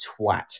twat